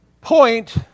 point